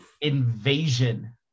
Invasion